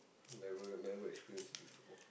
never never experience it before